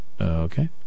okay